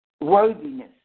worthiness